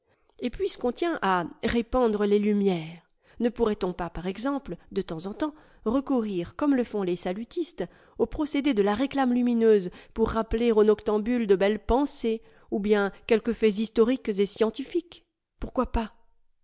et puisqu'on tient à répandre les lumières ne pourrait-on pas par exemple de temps en temps recourir comme le font les salutistes aux procédés de la réclame lumineuse pour rappeler aux noctambules de belles pensées ou bien quelques faits historiques et scientifiques pourquoi pas